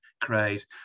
craze